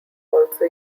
also